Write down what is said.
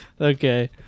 Okay